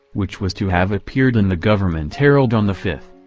which was to have appeared in the government herald on the fifth.